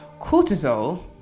cortisol